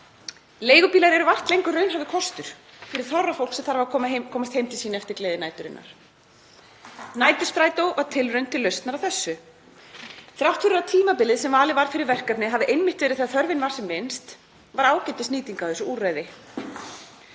Leigubílar eru vart lengur raunhæfur kostur fyrir þorra fólks sem þarf að komast heim til sín eftir gleði næturinnar. Næturstrætó var tilraun til lausnar á þessu. Þrátt fyrir að tímabilið sem valið var fyrir verkefnið hafi einmitt verið þegar þörfin var sem minnst var ágætis nýting á þessu úrræði.